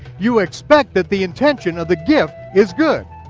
you expect that the intention of the gift is good.